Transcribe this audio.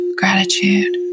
gratitude